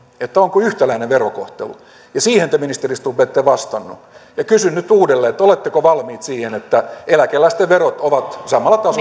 että onko yhtäläinen verokohtelu ja siihen te ministeri stubb ette vastannut kysyn nyt uudelleen oletteko valmiit siihen että eläkeläisten verot ovat samalla tasolla kuin